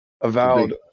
Avowed